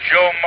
Joe